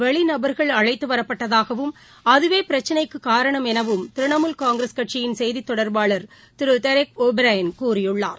வெளிநபர்கள் அழைத்துவரப்பட்டதாகவும் அதுவே பிரச்சினைக்கு காரணம் எனவும் திரிணாமுல் காங்கிரஸ் கட்சியின் செய்தி தொடர்பாளர் திரு தெரிக் ஓ பிரைன் கூறியுள்ளார்